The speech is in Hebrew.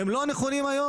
אבל הם לא נכונים היום.